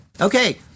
okay